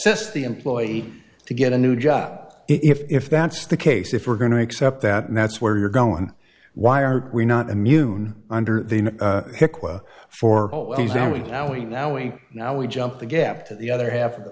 assessed the employee to get a new job if that's the case if we're going to accept that and that's where you're going why are we not immune under him for we now we now we now we jump the gap to the other half of the